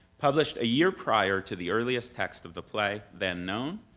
published a year prior to the earliest text of the play then known,